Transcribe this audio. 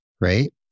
right